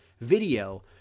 video